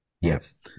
yes